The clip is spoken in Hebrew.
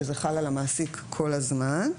שזה חל על המעסיק כל הזמן,